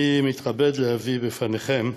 אנחנו עוברים, ברשותכם,